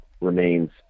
remains